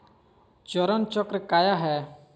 चरण चक्र काया है?